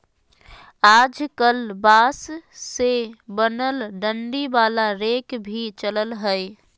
आजकल बांस से बनल डंडी वाला रेक भी चलल हय